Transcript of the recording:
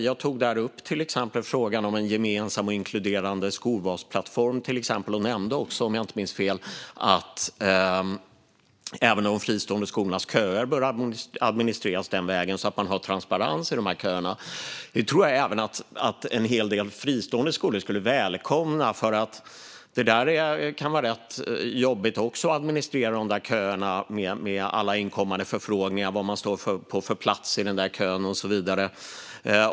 Jag tog där upp till exempel frågan om en gemensam och inkluderande skolvalsplattform och nämnde också, om jag inte minns fel, att även de fristående skolornas köer bör administreras den vägen så att det är transparens i dessa köer. Jag tror att även en hel del fristående skolor skulle välkomna det. Det kan nämligen vara rätt jobbigt att administrera köer med alla inkommande förfrågningar om på vilken plats man står i kön och så vidare.